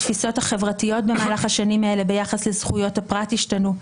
התפישות החברתיות במהלך השנים האלה ביחס לזכויות הפרט השתנו.